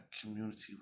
community